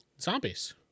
Zombies